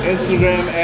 Instagram